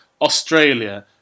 Australia